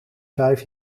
vijf